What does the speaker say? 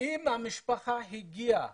שאם המשפחה הגיעה